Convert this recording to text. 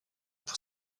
pour